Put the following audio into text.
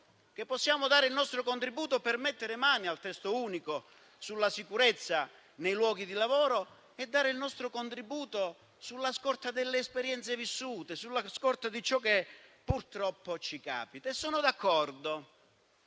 possiamo dare il nostro contributo per mettere mano al testo unico sulla sicurezza nei luoghi di lavoro, facendolo sulla scorta delle esperienze vissute e di ciò che purtroppo ci capita. Sono d'accordo: